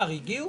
מי נגד,